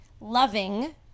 loving